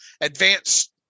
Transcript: advanced